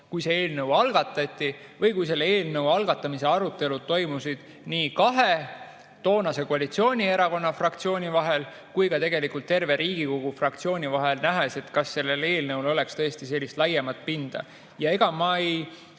kui eelnõu algatati või kui selle algatamise arutelud toimusid nii kahe toonase koalitsioonierakonna fraktsiooni vahel kui ka tegelikult terve Riigikogu fraktsioonide vahel, et näha, kas eelnõul oleks tõesti laiemat pinda. Ja ega ma ei